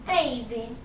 Baby